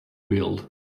build